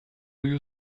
you